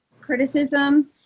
criticism